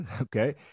Okay